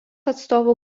atstovų